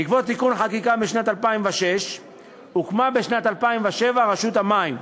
בעקבות תיקון חקיקה משנת 2006 הוקמה בשנת 2007 רשות המים,